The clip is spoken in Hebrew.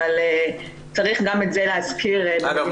אבל צריך גם את זה להזכיר במדינה שבה --- אגב,